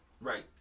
Right